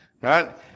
Right